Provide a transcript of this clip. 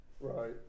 right